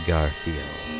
Garfield